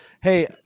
Hey